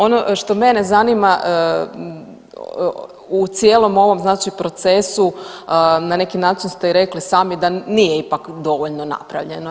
Ono što mene zanima u cijelom ovom, znači procesu na neki način ste i rekli sami da nije ipak dovoljno napravljeno.